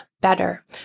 better